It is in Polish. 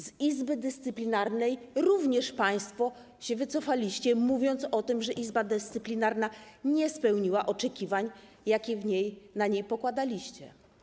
Z Izby Dyscyplinarnej również państwo się wycofaliście, mówiąc o tym, że Izba Dyscyplinarna nie spełniła oczekiwań, jakie w niej pokładaliście.